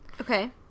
okay